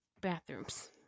bathrooms